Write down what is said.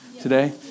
today